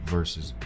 versus